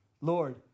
Lord